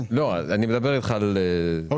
אני מדבר איתך על העברות.